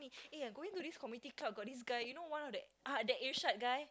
eh I going to the community club got this guy you know one of the ah the Irshad guy